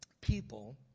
people